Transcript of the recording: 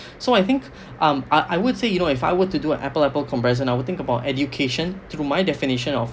so I think um I would say you know if I were to do a apple apple comparison I would think about education through my definition of